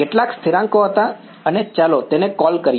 કેટલાક સ્થિરાંકો હતા અને ચાલો તેને કૉલ કરીએ